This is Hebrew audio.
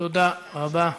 תודה רבה.